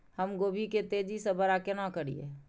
हम गोभी के तेजी से बड़ा केना करिए?